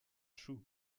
chu